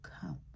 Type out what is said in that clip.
come